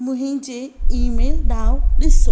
मुंहिंजे email ॾांहुं ॾिसो